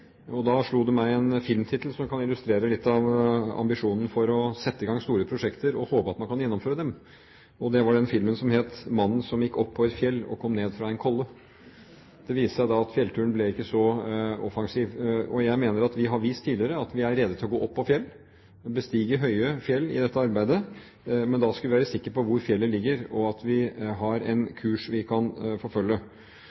Det var en film som slo meg, som kan illustrere litt av ambisjonen om å sette i gang store prosjekter og håpe at man kan gjennomføre dem. Det var en film om en mann som gikk opp på et fjell og kom ned fra en kolle. Det viste seg at fjellturen ikke ble så offensiv. Jeg mener at vi har vist tidligere at vi er rede til å gå opp på fjell, bestige høye fjell, i dette arbeidet, men da skal vi være sikre på hvor fjellet ligger, og at vi har en